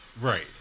Right